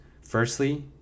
Firstly